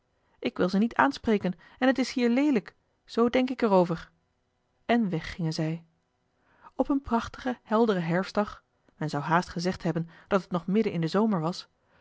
ik wil ze niet aanspreken en het is hier leelijk zoo denk ik er over en weg gingen zij op een prachtigen helderen herfstdag men zou haast gezegd hebben dat het nog midden in den zomer was